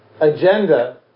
agenda